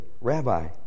Rabbi